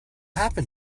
happen